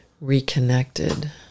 reconnected